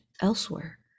elsewhere